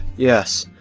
yes,